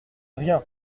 rien